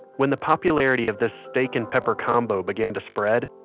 when the popularity of this steak and pepper combo began to spread,